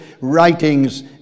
writings